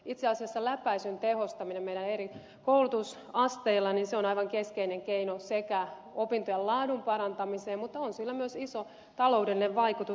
itse asiassa läpäisyn tehostaminen eri koulutusasteilla on aivan keskeinen keino opintojen laadun parantamisessa mutta on sillä myös iso taloudellinen vaikutus